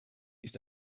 ist